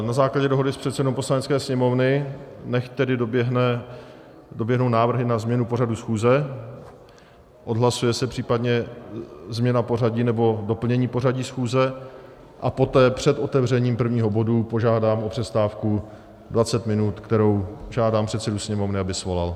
Na základě dohody s předsedou Poslanecké sněmovny nechť tedy doběhnou návrhy na změnu pořadu schůze, odhlasuje se případně změna pořadu nebo doplnění pořadu schůze a poté před otevřením prvního bodu požádám o přestávku 20 minut, kterou žádám předsedu Sněmovny, aby svolal.